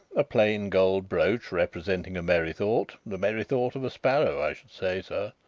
a plain gold brooch representing a merry-thought the merry-thought of a sparrow, i should say, sir.